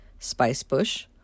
Spicebush